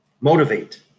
Motivate